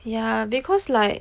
ya because like